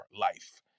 life